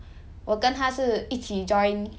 我跟她是一起 join